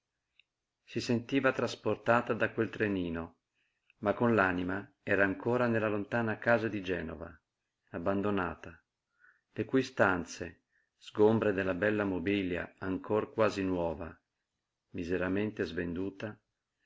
si sentiva trasportata da quel trenino ma con l'anima era ancora nella lontana casa di genova abbandonata le cui stanze sgombre della bella mobilia ancor quasi nuova miseramente svenduta